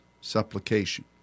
supplication